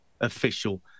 official